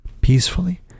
peacefully